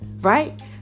Right